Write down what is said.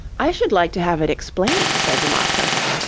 i should like to have it explained said the mock turtle.